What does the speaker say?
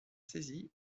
saisie